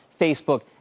Facebook